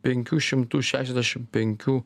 penkių šimtų šešiasdešim penkių